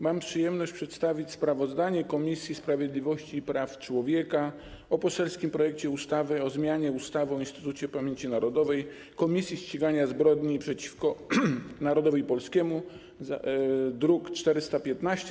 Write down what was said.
Mam przyjemność przedstawić sprawozdanie Komisji Sprawiedliwości i Praw Człowieka o poselskim projekcie ustawy o zmianie ustawy o Instytucie Pamięci Narodowej - Komisji Ścigania Zbrodni przeciwko Narodowi Polskiemu, druk nr 415.